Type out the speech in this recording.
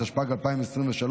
התשפ"ג 2023,